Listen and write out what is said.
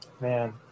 man